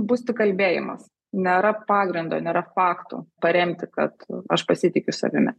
bus tik kalbėjimas nėra pagrindo nėra faktų paremti kad aš pasitikiu savimi